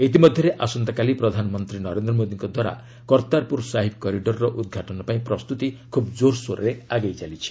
ଇତିମଧ୍ୟରେ ଆସନ୍ତାକାଲି ପ୍ରଧାନମନ୍ତ୍ରୀ ନରେନ୍ଦ୍ର ମୋଦିଙ୍କ ଦ୍ୱାରା କର୍ତ୍ତାରପୁର ସାହିବ କରିଡରର ଉଦ୍ଘାଟନ ପାଇଁ ପ୍ରସ୍ତୁତି କୋରସୋରରେ ଆଗେଇ ଚାଲିଛି